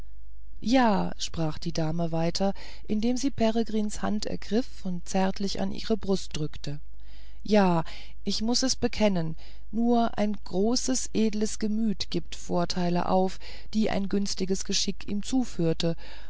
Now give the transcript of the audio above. ja sprach die dame weiter indem sie peregrins hand ergriff und zärtlich an ihre brust drückte ja ich muß es bekennen nur ein großes edles gemüt gibt vorteile auf die ein günstiges geschick ihm zuführte